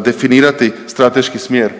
definirati strateški smjer